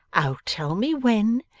oh tell me when,